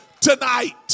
tonight